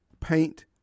paint